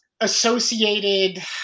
associated